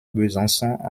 besançon